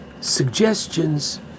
suggestions